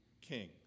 king